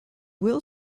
will